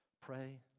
Pray